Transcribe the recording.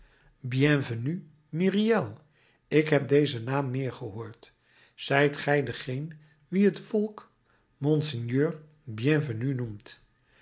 bienvenu myriel ik heb dezen naam meer gehoord zijt gij degeen wien het volk monseigneur bienvenu noemt